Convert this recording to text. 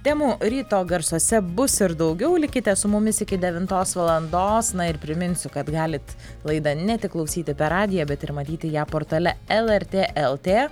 temų ryto garsuose bus ir daugiau likite su mumis iki devintos valandos na ir priminsiu kad galit laidą ne tik klausyti per radiją bet ir matyti ją portale lrt lt